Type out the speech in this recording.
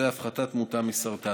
וזה הפחתת תמותה מסרטן,